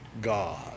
God